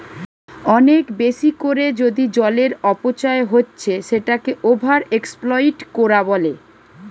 অনেক বেশি কোরে যদি জলের অপচয় হচ্ছে সেটাকে ওভার এক্সপ্লইট কোরা বলে